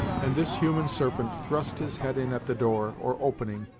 and this human serpent thrust his head in at the door, or opening,